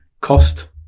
cost